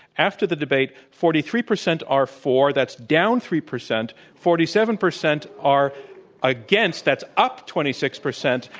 after the debate, forty three percent are for that's down three percent. forty seven percent are against that's up twenty six percent,